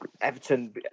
Everton